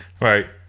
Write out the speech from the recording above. Right